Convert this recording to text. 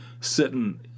sitting